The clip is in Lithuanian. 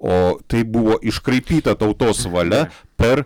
o tai buvo iškraipyta tautos valia per